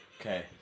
Okay